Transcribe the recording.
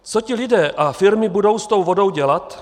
Co ti lidé a firmy budou s tou vodou dělat?